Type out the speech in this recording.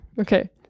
Okay